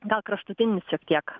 gal kraštutinis šiek tiek